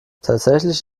tatsächlich